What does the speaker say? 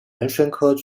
玄参科